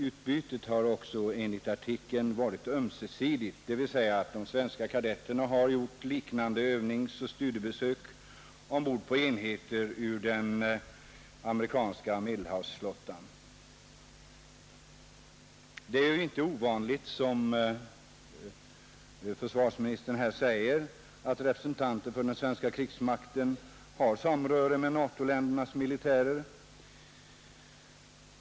Utbytet har också enligt artikeln varit ömsesidigt, dvs. de svenska kadetterna har gjort liknande övningsoch studiebesök ombord på enheter ur den amerikanska Medelhavsflottan. Som försvarsministern sade är det inte ovanligt att representanter för den svenska krigsmakten har samröre med NATO-ländernas militärer.